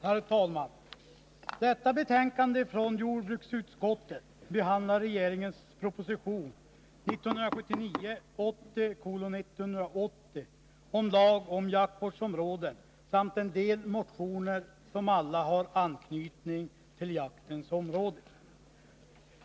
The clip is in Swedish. Herr talman! Detta betänkande från jordbruksutskottet behandlar regeringens proposition 1979/80:180 om lag om jaktvårdsområden samt en del motioner som alla har anknytning till jaktens område.